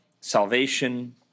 salvation